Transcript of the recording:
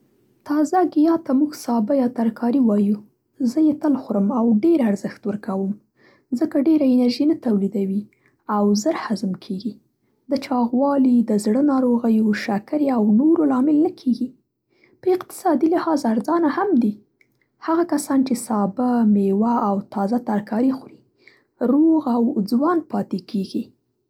تازه ګیاه ته موږ سابه یا ترکاري وایو. زه یې تل خورم او ډېر ارزښت ورکوم؛ ځکه ډېره انرژي نه تولیدوي او زر هضم کېږي. د چاغوالي، د زړه ناروغیو، شکرې او نورو لامل نه کېږي. په اقتصادي لحاظ ارزانه هم دي. هغه کسان چې سابه، مېوه او تازه ترکاري خوري روغ او ځوان پاتې کېږي.